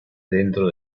dentro